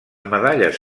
medalles